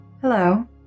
Hello